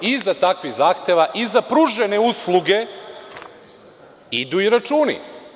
Iza takvih zahteva, iza pružene usluge idu i računu.